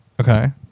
Okay